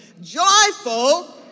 joyful